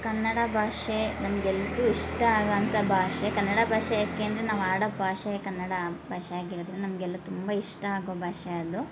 ಕನ್ನಡ ಭಾಷೆ ನಮ್ಗೆ ಎಲ್ರಿಗೂ ಇಷ್ಟ ಆಗುವಂಥ ಭಾಷೆ ಕನ್ನಡ ಭಾಷೆ ಯಾಕೆ ಅಂದರೆ ನಾವು ಆಡೊ ಭಾಷೆ ಕನ್ನಡ ಭಾಷೆ ಆಗಿರೋದ್ರಿಂದ ನಮಗೆಲ್ಲ ತುಂಬ ಇಷ್ಟ ಆಗೋ ಭಾಷೆ ಅದು